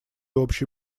общей